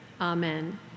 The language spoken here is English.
Amen